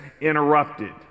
interrupted